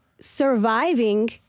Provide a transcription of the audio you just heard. surviving